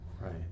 right